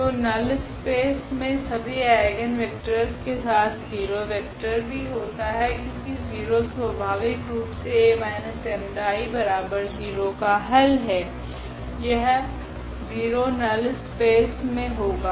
तो null space मे सभी आइगनवेक्टरस के साथ 0 वेक्टर भी होता है क्योकि 0 स्वाभाविकरूप से 𝐴−𝜆𝐼0 का हल है यह 0 नल स्पेस मे होगा